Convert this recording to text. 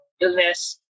illness